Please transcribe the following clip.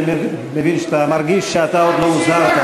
אני מבין שאתה מרגיש שאתה עוד לא הוזהרת,